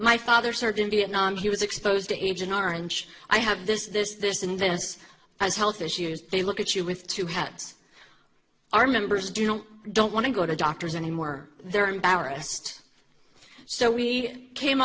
my father served in vietnam he was exposed to agent orange i have this this this and this has health issues they look at you with two halves are members do you know don't want to go to doctors anymore they're embarrassed so we came